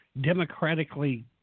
Democratically